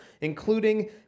including